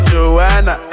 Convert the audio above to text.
Joanna